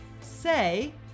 say